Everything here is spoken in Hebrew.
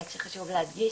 כשחשוב להדגיש,